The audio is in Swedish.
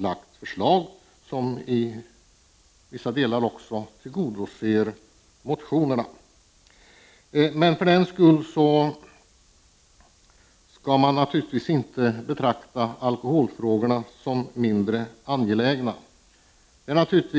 lagt fram förslag som i vissa delar tillgodoser motionerna. För den skull skall man naturligtvis inte betrakta alkoholfrågorna som mindre angelägna.